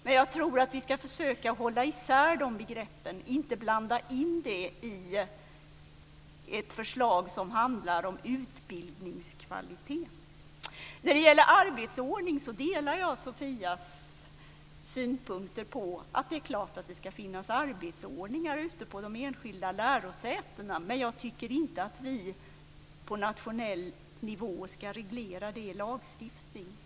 Men jag tror att vi ska försöka hålla isär de begreppen och inte blanda in det i ett förslag som handlar om utbildningskvalitet. När det gäller arbetsordning delar jag Sofias synpunkter på att det är klart att det ska finnas arbetsordningar ute på de enskilda lärosätena. Men jag tycker inte att vi på nationell nivå ska reglera det i lagstiftningen.